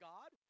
God